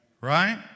right